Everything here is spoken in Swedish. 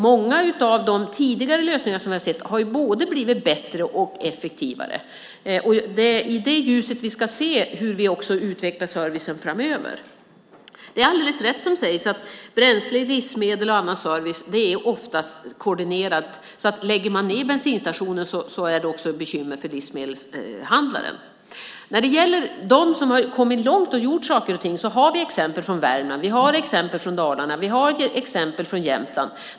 Många av de tidigare lösningar vi har sett har blivit både bättre och effektivare. Det är i det ljuset vi ska se hur vi också utvecklar servicen framöver. Det är alldeles riktigt att bränsle, livsmedel och annan service ofta är koordinerade. Om bensinstationen läggs ned blir det också bekymmer för livsmedelshandlaren. Det finns exempel från Värmland, Dalarna och Jämtland där man har kommit långt.